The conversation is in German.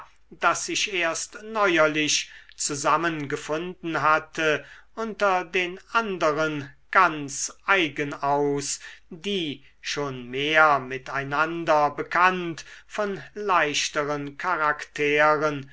das sich erst neuerlich zusammengefunden hatte unter den anderen ganz eigen aus die schon mehr mit einander bekannt von leichteren charakteren